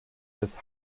des